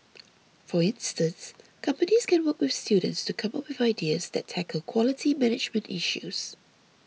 for instance companies can work with students to come up with ideas that tackle quality management issues